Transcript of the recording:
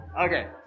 Okay